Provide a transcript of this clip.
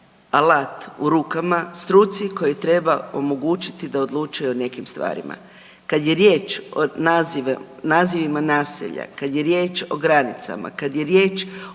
alat u rukama struci koji treba omogućiti da odlučuju o nekim stvarima. Kad je riječ o nazivima naselja, kad je riječ o granicama, kad je riječ